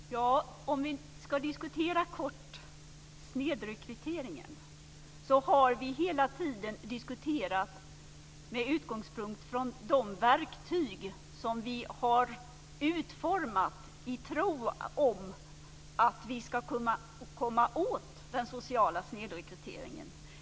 Fru talman! Om vi helt kort ska diskutera snedrekryteringen kan jag säga att vi hela tiden har diskuterat med utgångspunkt i de verktyg som vi har utformat i tron att vi ska kunna komma åt den sociala snedrekryteringen.